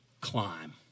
climb